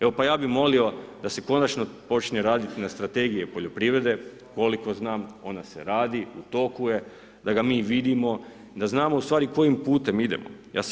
Evo pa ja bih molio da se konačno počne raditi na strategiji poljoprivrede, koliko znam, ona se radi, u toku je, da ga mi vidimo, da znamo ustvari kojim putem idemo.